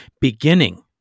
beginning